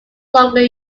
longer